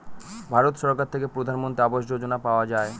ভারত সরকার থেকে প্রধানমন্ত্রী আবাস যোজনা পাওয়া যায়